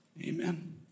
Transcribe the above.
Amen